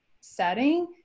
setting